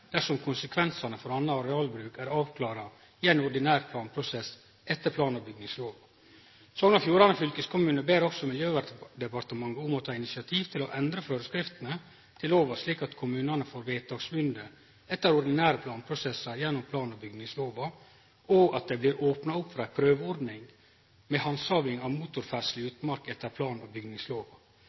dersom konsekvensane for annan arealbruk er avklart i ein ordinær planprosess etter plan- og bygningslova. Sogn og Fjordane fylkeskommune ber også Miljøverndepartementet om å ta initiativ til å endre forskriftene til lova, slik at kommunane får vedtaksmynde etter ordinære planprosessar gjennom plan- og bygningslova, og at det blir opna opp for ei prøveordning med handsaming av motorferdsle i utmark etter plan- og